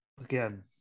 Again